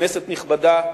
כנסת נכבדה,